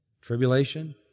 Tribulation